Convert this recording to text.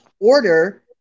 Order